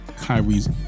Kyrie's